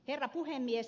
herra puhemies